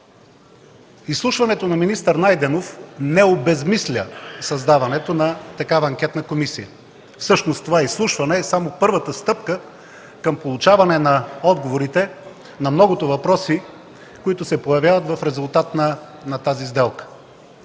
Изслушването на министър Найденов не обезсмисля създаването на такава анкетна комисия. Всъщност това изслушване е само първата стъпка към получаване на отговорите на многото въпроси, които се появяват в резултат на тази сделка.